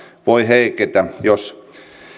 voi heiketä jos